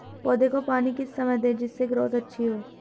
पौधे को पानी किस समय दें जिससे ग्रोथ अच्छी हो?